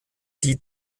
die